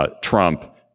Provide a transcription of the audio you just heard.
Trump